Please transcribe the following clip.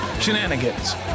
Shenanigans